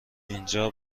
اینجا